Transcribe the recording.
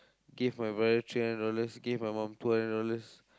give my brother three hundred dollars give my mum two hundred dollars